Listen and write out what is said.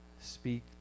speak